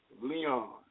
Leon